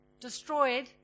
destroyed